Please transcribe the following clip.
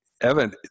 Evan